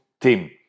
team